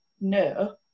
no